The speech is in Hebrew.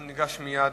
אנחנו ניגשים להצבעה.